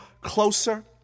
closer